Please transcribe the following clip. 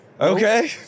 Okay